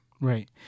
Right